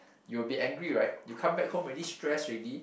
you'll be angry right you come back home already stress already